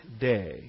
day